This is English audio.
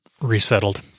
resettled